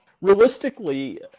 realistically